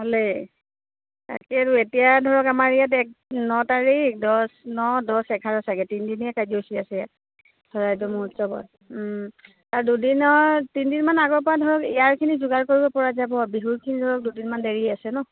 হ'লেই তাকেই আৰু এতিয়া ধৰক আমাৰ ইয়াত এক ন তাৰিখ দহ ন দছ এঘাৰ চাগে তিনিদিনীয়া কাৰ্যসূচী আছে ইয়াত চৰাইদেউ মহোৎসৱত আৰু দুদিনৰ তিনিদিনমান আগৰ পৰা ধৰক ইয়াৰখিনি যোগাৰ কৰিব পৰা যাব বিহুৰখিনি ধৰক দুদিনমান দেৰি আছে ন